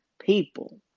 people